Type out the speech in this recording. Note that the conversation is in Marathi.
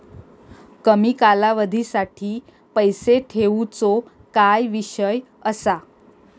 कमी कालावधीसाठी पैसे ठेऊचो काय विषय असा?